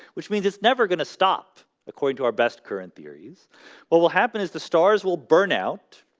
which means it's never gonna stop according to our best current theories what will happen is the stars will burn out?